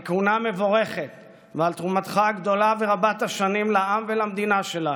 על כהונה מבורכת ועל תרומתך הגדולה ורבת-השנים לעם ולמדינה שלנו,